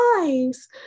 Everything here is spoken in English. nice